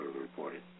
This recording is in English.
reported